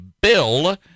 bill